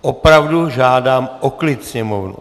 Opravdu žádám o klid sněmovnu.